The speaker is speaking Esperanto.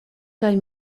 kaj